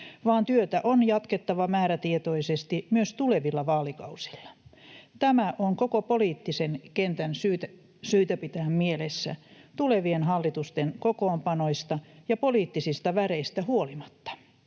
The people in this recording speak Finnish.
vaan työtä on jatkettava määrätietoisesti myös tulevilla vaalikausilla. Tämä on koko poliittisen kentän syytä pitää mielessä tulevien hallitusten kokoonpanoista ja poliittisista väreistä huolimatta.